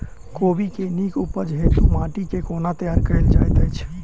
कोबी केँ नीक उपज हेतु माटि केँ कोना तैयार कएल जाइत अछि?